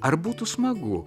ar būtų smagu